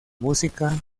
música